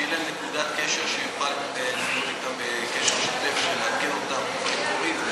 שתהיה להם נקודת קשר שתוכל להיות אתם בקשר שוטף ולעדכן אותם מקורית,